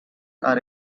are